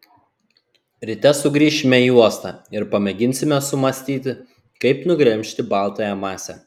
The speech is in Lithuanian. ryte sugrįšime į uostą ir pamėginsime sumąstyti kaip nugremžti baltąją masę